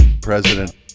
President